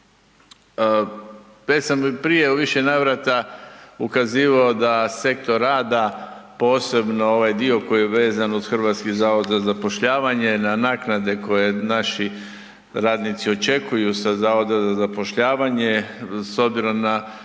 sam prije u više navrata ukazivao da sektor rada posebno ovaj dio koji je vezan uz Hrvatski zavod za zapošljavanje na naknade koje naši radnici očekuju sa Zavoda za zapošljavanje s obzirom na